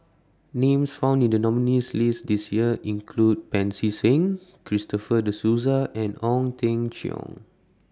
Names found in The nominees' list This Year include Pancy Seng Christopher De Souza and Ong Teng Cheong